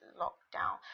lockdown